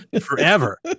forever